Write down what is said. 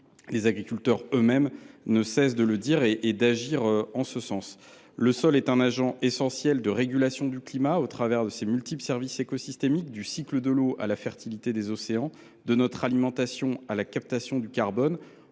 Les agriculteurs eux mêmes ne cessent de le répéter. Le sol est un agent essentiel de la régulation du climat, au travers de ses multiples services écosystémiques, du cycle de l’eau à la fertilité des océans, de notre alimentation à la captation du carbone.